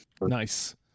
Nice